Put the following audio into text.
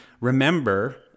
remember